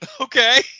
Okay